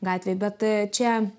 gatvėje bet čia